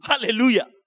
Hallelujah